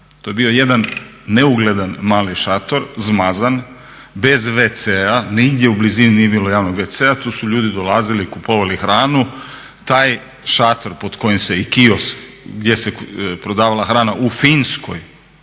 To je bio jedan neugledan mali šator, zmazan, bez wc-a. Nigdje u blizini nije bilo javnog wc-a, tu su ljudi dolazili, kupovali hranu. Taj šator pod kojim se i kiosk gdje se prodavala hrana u Finskoj